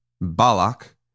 Balak